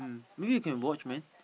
maybe you can watch man